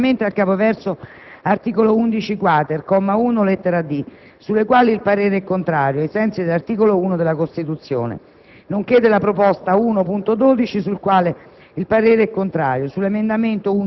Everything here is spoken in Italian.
e 11.0.2 (limitatamente al capoverso "art. 11-*quater*", comma 1, lettera *d*) sulle quali il parere è contrario, ai sensi dell'articolo 81 della Costituzione, nonché della proposta 1.12 sulla quale